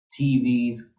tvs